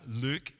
Luke